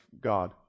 God